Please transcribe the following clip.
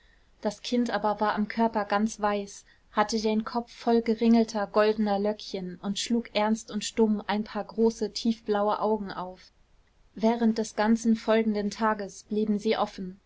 das kind aber war am körper ganz weiß hatte den kopf voll geringelter goldener löckchen und schlug ernst und stumm ein paar große tiefblaue augen auf während des ganzen folgenden tages blieben sie offen